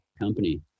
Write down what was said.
company